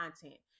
content